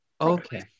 Okay